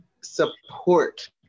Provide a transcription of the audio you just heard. support